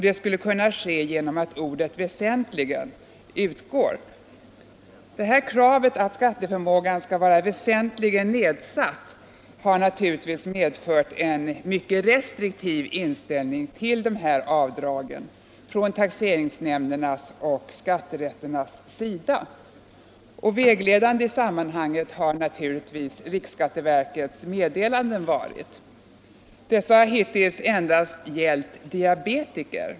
Det skulle kunna ske genom att ordet ”väsentligen” utgår. Kravet att skatteförmågan skall vara väsentligt nedsatt har givetvis medfört en mycket restriktiv inställning till dessa avdrag från taxeringsnämndernas och skatterätternas sida. Vägledande i sammanhanget har naturligtvis riksskatteverkets meddelanden varit. Dessa har hittills endast gällt diabetiker.